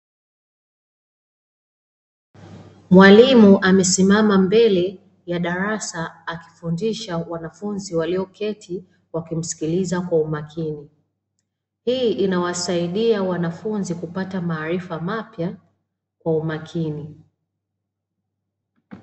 Mwalimu amesimama mbele ya darasa, akifundisha wanafunzi walioketi wakimsikiliza kwa umakini, hii inawasaidia wanafunzi kupata maarifa mapya kwa umakini.